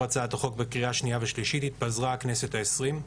הצעת החוק בקריאה השנייה והשלישית התפזרה הכנסת העשרים.